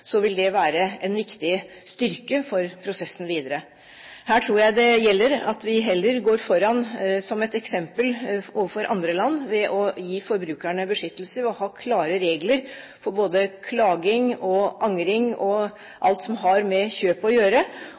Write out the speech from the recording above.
vil det være en viktig styrke for prosessen videre. Her tror jeg det er viktig at vi heller går foran som et eksempel overfor andre land, at vi gir forbrukerne beskyttelse ved å ha klare regler både for klaging og angring og alt som har med kjøp å gjøre,